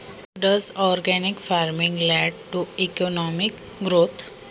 सेंद्रिय शेतीतून आर्थिक प्रगती होते का?